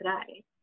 today